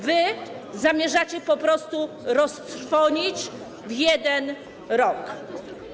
wy zamierzacie po prostu roztrwonić w 1 rok.